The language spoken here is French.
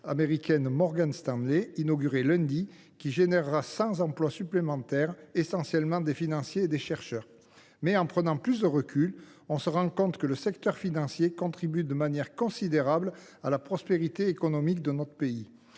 américaine Morgan Stanley, inauguré lundi dernier, qui créera 100 emplois supplémentaires, essentiellement des financiers et des chercheurs. Toutefois, en prenant du recul, on se rend compte que le secteur financier contribue de manière considérable à la prospérité économique de notre pays.